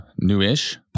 newish